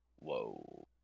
whoa